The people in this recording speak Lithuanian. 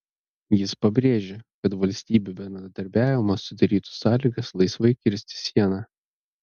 jis pabrėžė kad valstybių bendradarbiavimas sudarytų sąlygas laisvai kirsti sieną